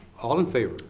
all in favor?